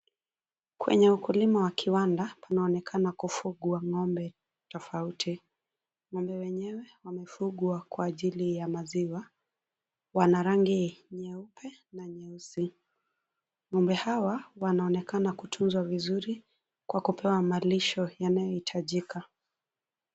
Kwenye ukulima wa kiwanda panaonekana kufugwa ng'ombe, tofauti, ng'ombe wenyewe wamefugwa kwa ajili ya maziwa, wana rangi nyeupe na nyeusi, ng'ombe hawa, wanaonekana kutunzwa vizuri, kwa kupewa malisho yanayohitajika.